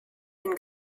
den